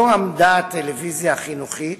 לא עמדה הטלוויזיה החינוכית,